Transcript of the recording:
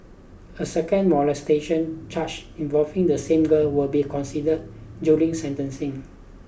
a second molestation charge involving the same girl will be considered during sentencing